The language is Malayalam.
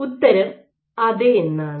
ഉത്തരം അതെ എന്നാണ്